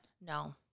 No